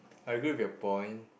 I agree with your point